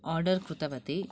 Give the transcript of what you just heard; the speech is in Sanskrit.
ओर्डर् कृतवती